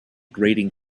grating